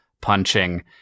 punching